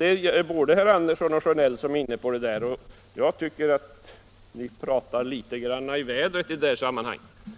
Det borde herr Andersson i Örebro och herr Sjönell, som varit inne på detta, inse. Jag tycker att ni pratar litet i vädret i det här sammanhanget.